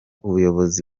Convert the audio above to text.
ubuyobozi